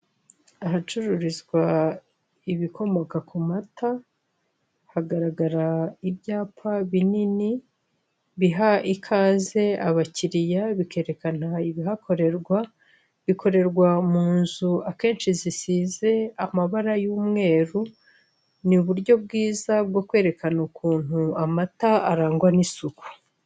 Ahacururizwa ibikomoka ku mata hagaragara ibyapa binini biha ikaze abakiriya bikerekana ibihakorerwa bikorerwa mu inzu akenshi zisize amabara y'umweru ni uburyo bwiza bwo kwerekana ukuntu amata arangwa n'isuku.